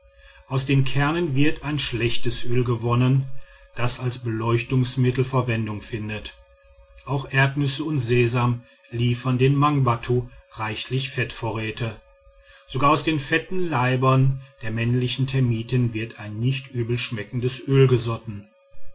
aus den kernen wird ein schlechtes öl gewonnen das als beleuchtungsmittel verwendung findet auch erdnüsse und sesam liefern den mangbattu reichliche fettvorräte sogar aus den fetten leibern der männlichen termiten wird ein nicht übelschmeckendes öl gesotten